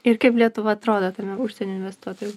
ir kaip lietuva atrodo tame užsienio investuotojų